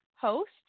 host